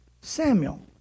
Samuel